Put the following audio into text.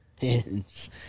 hinge